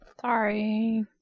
Sorry